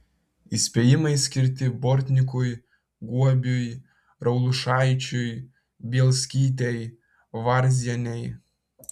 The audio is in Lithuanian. įspėjimai skirti bortnikui guobiui raulušaičiui bielskytei varzienei